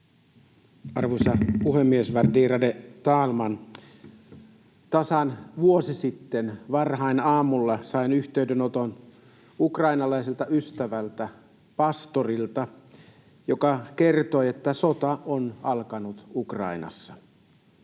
Arvoisa puhemies, värderade talman! Tasan vuosi sitten varhain aamulla sain yhteydenoton ukrainalaiselta ystävältä, pastorilta, joka kertoi, että sota on alkanut Ukrainassa.